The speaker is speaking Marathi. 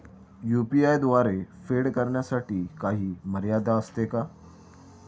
यु.पी.आय द्वारे फेड करण्यासाठी काही मर्यादा असते का?